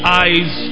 eyes